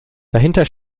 dahinter